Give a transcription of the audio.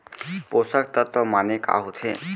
पोसक तत्व माने का होथे?